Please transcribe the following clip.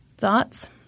Thoughts